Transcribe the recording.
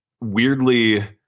weirdly